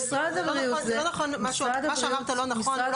מה שאמרת לא נכון,